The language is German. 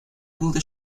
wurde